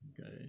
okay